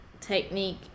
technique